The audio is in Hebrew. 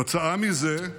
כתוצאה מזה,